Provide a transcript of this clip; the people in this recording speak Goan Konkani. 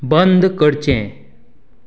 बंद करचें